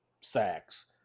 sacks